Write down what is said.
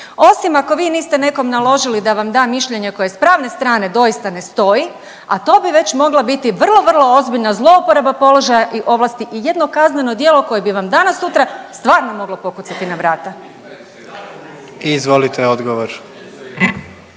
Osim ako vi niste nekom naložili da vam da mišljenje koje s pravne strane doista ne stoji, a to bi već mogla biti vrlo, vrlo ozbiljna zlouporaba položaja i ovlasti i jedno kazneno djelo koje bi vam danas-sutra stvarno moglo pokucati na vrata. **Jandroković,